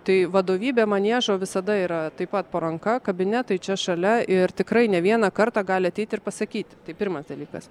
tai vadovybė maniežo visada yra taip pat po ranka kabinetai čia šalia ir tikrai ne vieną kartą gali ateiti ir pasakyti tai pirmas dalykas